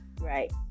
Right